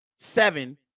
Seven